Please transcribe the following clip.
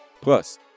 Plus